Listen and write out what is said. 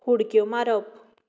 उडक्यो मारप